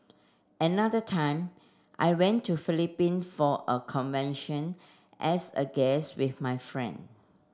another time I went to Philippine for a convention as a guest with my friend